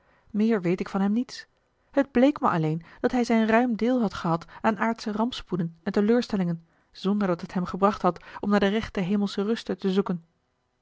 meer weet ik van hem niets het bleek me alleen dat hij zijn ruim deel had gehad aan aardsche rampspoeden en teleurstellingen zonder dat het hem gebracht had om naar de rechte hemelsche ruste te zoeken